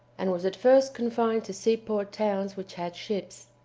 and was at first confined to seaport towns which had ships.